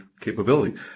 capability